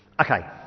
Okay